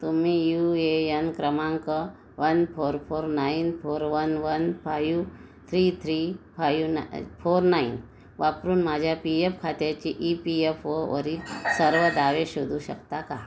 तुम्ही U A N क्रमांक one four four nine four one one five three three five ना four nine वापरून माझ्या P F खात्याचे ई पी एफ ओवरील सर्व दावे शोधू शकता का